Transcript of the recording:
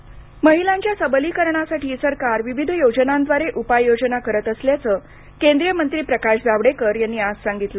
जावडेकर महिलांच्या सबलीकरणासाठी सरकार विविध योजनांद्वारे उपाययोजना करत असल्याचं केंद्रीय मंत्री प्रकाश जावडेकर यांनी आज सांगितलं